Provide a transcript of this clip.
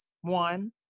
one